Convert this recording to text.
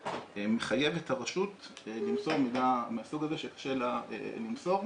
מחייב את הרשות למסור מידע מהסוג הזה שקשה לה למסור.